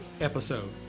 episode